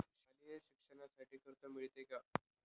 शालेय शिक्षणासाठी कर्ज मिळते का?